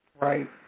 right